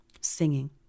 Singing